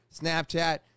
Snapchat